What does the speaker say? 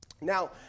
Now